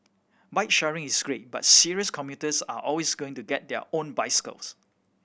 bike sharing is great but serious commuters are always going to get their own bicycles